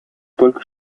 только